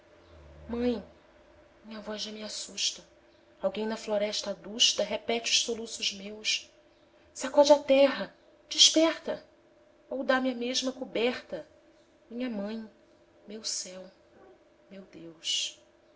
mãe minha voz já me assusta alguém na floresta adusta repete os soluços meus sacode a terra desperta ou dá-me a mesma coberta minha mãe meu céu meu deus